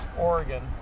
Oregon